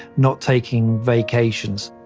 not taking vacations.